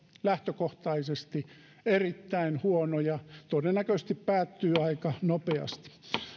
lähtökohtaisesti erittäin huono ja todennäköisesti päättyy aika nopeasti